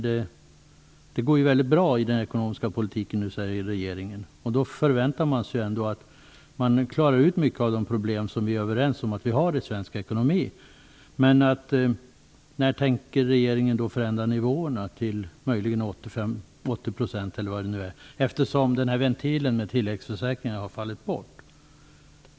Det går ju väldigt bra i ekonomin, säger regeringen. Då förväntar man sig att regeringen nu klarar ut mycket av de problem som vi är överens om att vi har i svensk ekonomi. När tänker regeringen förändra nivåerna till möjligen 80 % när nu ventilen med tilläggsförsäkringen har fallit bort?